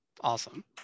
awesome